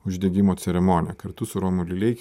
uždegimo ceremoniją kartu su romu lileikiu